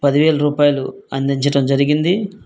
పదివేల రూపాయలు అందించడం జరిగింది